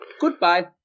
goodbye